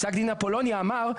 פסק דין אפולוניה אמר,